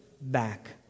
back